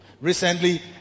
recently